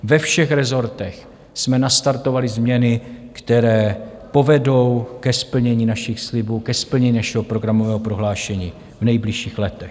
Ve všech resortech jsme nastartovali změny, které povedou ke splnění našich slibů, ke splnění našeho programového prohlášení, v nejbližších letech.